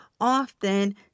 often